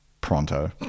pronto